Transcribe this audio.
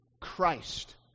Christ